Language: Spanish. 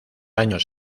años